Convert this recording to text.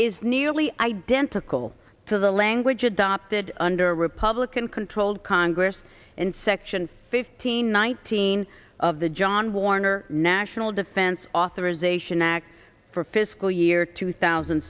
is nearly identical to the language adopted under republican controlled congress and section fifteen nineteen of the john warner national defense authorization act for fiscal year two thousand